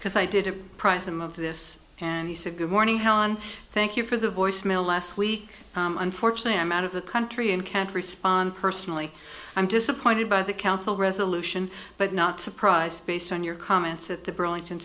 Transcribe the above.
because i didn't price him of this and he said good morning hon thank you for the voice mail last week unfortunately i'm out of the country and can't respond personally i'm disappointed by the council resolution but not surprised based on your comments at the burlington